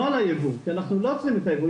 נוהל הייבוא, כי אנחנו לא עוצרים את הייבוא.